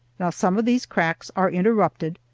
now some of these cracks are interrupted,